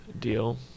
Deal